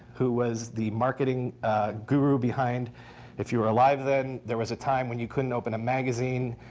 who was the marketing guru behind if you were alive then, there was a time when you couldn't open a magazine,